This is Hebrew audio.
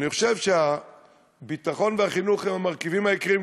אני חושב שהביטחון והחינוך הם המרכיבים העיקריים,